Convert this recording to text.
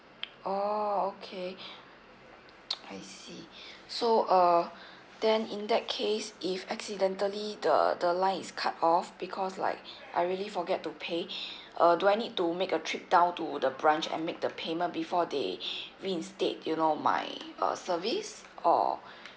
oh okay I see so uh then in that case if accidentally the the line is cut off because like I really forget to pay uh do I need to make a trip down to the branch and make the payment before they reinstate you know my uh service or